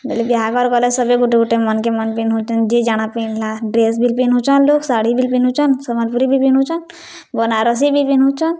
ବେଲେ ବିହାଘର୍ ଗଲେ ସବେ ଗୁଟେ ଗୁଟେ ମନ୍ କେ ମନ୍ ପିନ୍ଧୁଚନ୍ ଯିଏ ଜାଣା ପିନ୍ଧ୍ଲା ଡ୍ରେସ୍ ବି ପିନ୍ଧୁଚନ୍ ଲୋକ୍ ଶାଢ଼ୀ ବି ପିନ୍ଧୁଚନ୍ ସମ୍ବଲପୁରୀ ବି ପିନ୍ଧୁଚନ୍ ବନାରସି ବି ପିନ୍ଧୁଚନ୍